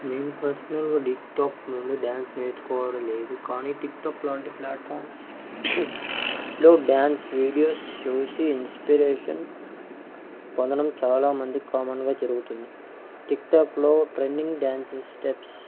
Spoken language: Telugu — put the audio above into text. నేను పర్సనల్గా టిక్టాక్ నుండి డ్యాన్స్ నేర్చుకోవడలేదు కానీ టిక్టాక్ లాంటి ప్లాట్ఫామ్స్ లో డ్యాన్స్ వీడియోస్ చూసి ఇన్స్పిరేషన్ పొందడం చాలా మందికి కామన్గా జరుగుతుంది టిక్టాక్లో ట్రెండింగ్ డ్యాన్సస్ స్టెప్స్